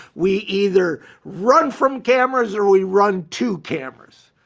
we either run from cameras or we run to cameras.